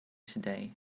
today